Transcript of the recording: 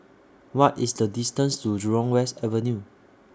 What IS The distance to Jurong West Avenue